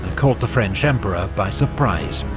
and caught the french emperor by surprise.